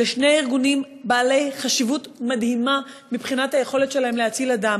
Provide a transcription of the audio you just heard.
אלה שני ארגונים בעלי חשיבות מדהימה מבחינת היכולת שלהם להציל אדם,